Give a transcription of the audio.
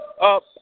up